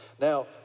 Now